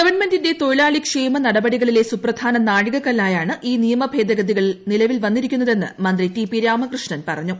ഗവൂൺമെന്റിന്റെ തൊഴിലാളിക്ഷേമനടപടികളിലെ സുപ്പുള്ളാൽ നാഴികക്കല്ലായാണ് ഈ നിയമഭേദഗതികൾ നിലവിൽ ക്വിന്നീരിക്കുന്നതെന്ന് മന്ത്രി ടി പി രാമകൃഷ്ണൻ പറഞ്ഞു